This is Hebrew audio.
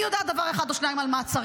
אני יודעת דבר אחד או שניים על מעצרים.